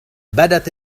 بدت